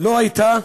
לא הייתה